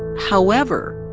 however,